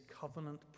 covenant